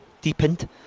deepened